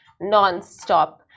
non-stop